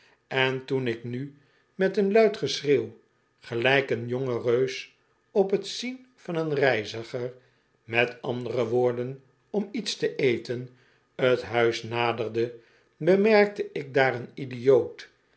en toen ik nu met een luid geschreeuw gelijk een jonge reus op t zien van een reiziger mot andere woorden om iets te eten t huis naderde bemerkte ik daar een idioot